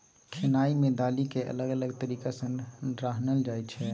खेनाइ मे दालि केँ अलग अलग तरीका सँ रान्हल जाइ छै